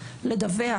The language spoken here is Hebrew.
לדווח,